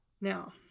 Now